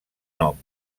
nom